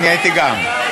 אני הייתי גם.